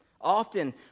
Often